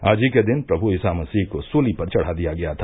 आज ही के दिन प्रभु ईसा मसीह को सूली पर चढ़ा दिया गया था